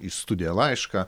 į studiją laišką